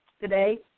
today